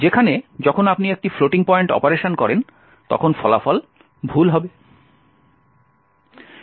যেখানে যখন আপনি একটি ফ্লোটিং পয়েন্ট অপারেশন করেন তখন ফলাফল ভুল হবে